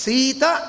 Sita